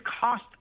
cost